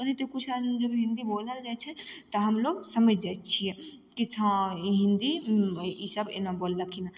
आओर किछु राज्यमे जब हिन्दी बोलल जाइ छै तऽ हमलोग समैझ जाइ छियै कि हँ हिन्दी ईसब एना बोललखिन हेँ